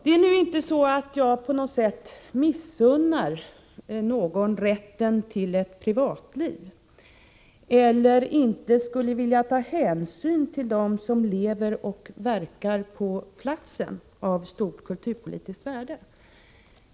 Det är nu inte så att jag på något sätt missunnar någon rätten till ett privatliv eller inte skulle vilja ta hänsyn till dem som lever och verkar på platser av stort kulturpolitiskt värde.